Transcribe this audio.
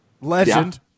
Legend